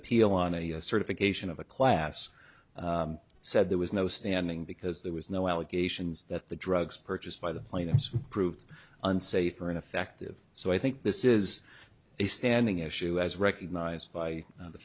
appeal on a certification of a class said there was no standing because there was no allegations that the drugs purchased by the plaintiffs proved unsafe or ineffective so i think this is a standing issue as recognized